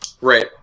Right